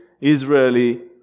Israeli